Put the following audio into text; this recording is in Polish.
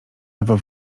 lewo